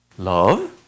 Love